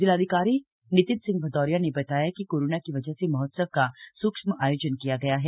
जिलाधिकारी नितिन सिंह भदौरिया ने बताया कि कोरोना की वजह से महोत्सव का सूक्ष्म आयोजन किया गया है